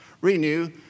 renew